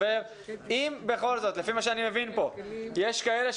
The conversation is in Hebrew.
בשביל חבר הכנסת פינדרוס.